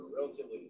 relatively